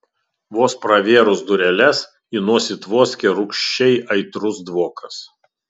vos pravėrus dureles į nosį tvoskė rūgščiai aitrus dvokas